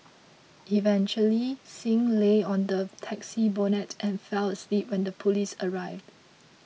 eventually Singh lay on the taxi's bonnet and fell asleep until police arrived